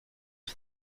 for